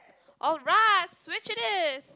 alright Switch it is